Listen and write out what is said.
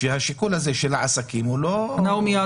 שהשיקול הזה של עסקים הוא לא --- אנחנו מיד